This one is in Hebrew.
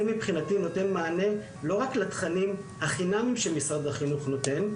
מבחינתי נותן מענה לא רק לתכנים החינמיים שמשרד החינוך נותן,